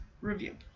review